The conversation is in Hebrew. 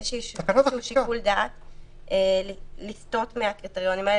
איזשהו שיקול דעת לסטות מהקריטריונים האלה,